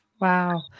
Wow